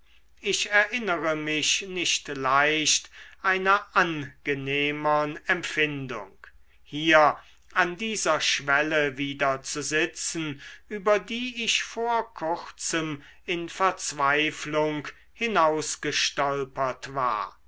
ich erinnere mich nicht leicht einer angenehmern empfindung hier an dieser schwelle wieder zu sitzen über die ich vor kurzem in verzweiflung hinausgestolpert war